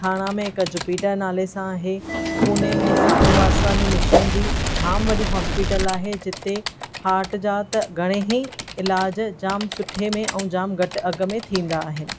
थाणा में हिकु जुपिटर नाले सां आहे पुणे में साधू वासवानी मिशन जी जाम वॾी हॉस्पिटल आहे जिते हार्ट जा त घणे ई इलाज जाम सुठे में ऐं जाम घटि अघ में थींदा आहिनि